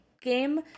game